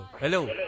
Hello